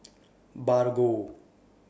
Bargo